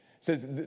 says